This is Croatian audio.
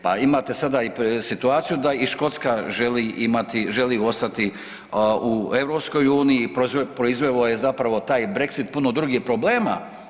Pa imate sada i situaciju da i Škotska želi imati, želi ostati u EU i proizvelo je zapravo taj Brexit puno drugih problema.